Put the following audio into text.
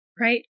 Right